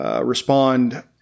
respond